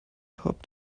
korb